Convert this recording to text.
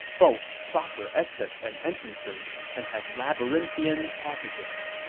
boasts proper exits and entrances, and has labyrinthine passages.